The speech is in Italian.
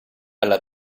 alla